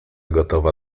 gotowa